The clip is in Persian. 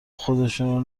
خودشونو